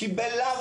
כי בלאו